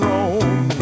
Rome